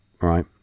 right